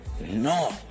no